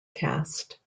cast